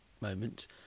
moment